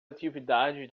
atividade